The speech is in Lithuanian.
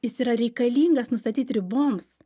jis yra reikalingas nustatyti riboms